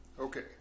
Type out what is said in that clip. Okay